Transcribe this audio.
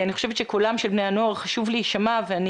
אני חושבת שקולם של בני הנוער חשוב שיישמע ואני